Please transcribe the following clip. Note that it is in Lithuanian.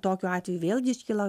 tokiu atveju vėlgi iškyla